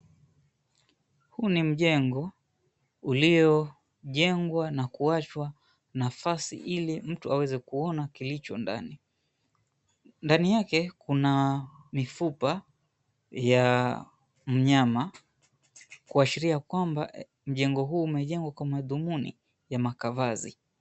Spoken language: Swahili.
Huu ni mjengo uliojengwa na kuwachwa nafasi ili mtu aweze kuona kilicho ndani. Ndani yake kuna mifupa ya mnyama kuashiria mjengo huu imejengwa kwa madhumuni ya makavazi.